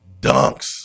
dunks